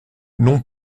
non